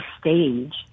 stage